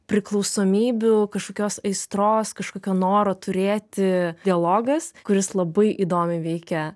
priklausomybių kažkokios aistros kažkokio noro turėti dialogas kuris labai įdomiai veikia